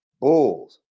Bulls